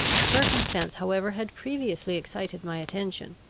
a circumstance however had previously excited my attention,